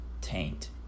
taint